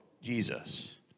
Jesus